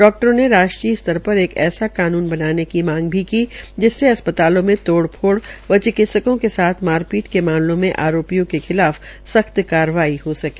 डाक्टरों ने राष्ट्रीय स्तर पर एक ऐसा कानून बनाने की मांग की जिसमें अस्पतालो मे तोड़ फोड़ व चिकित्सकों के साथ मारपीट के मामलों में आरोपियों के खिलाफ सख्त कार्रवाई हो सके